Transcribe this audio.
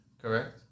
correct